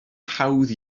hawdd